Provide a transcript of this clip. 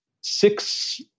Six